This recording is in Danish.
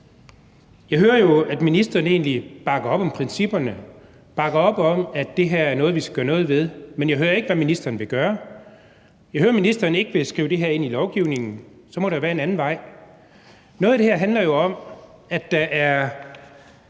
Jeg hører jo, at ministeren egentlig bakker op om principperne, bakker op om, at det her er noget, vi skal gøre noget ved, men jeg hører ikke, hvad ministeren vil gøre. Jeg hører, at ministeren ikke vil skrive det her ind i lovgivningen, og så må der jo være en anden vej. Noget af det her handler jo om, at der er